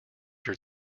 your